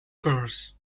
curse